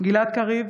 גלעד קריב,